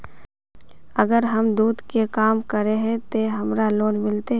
अगर हम दूध के काम करे है ते हमरा लोन मिलते?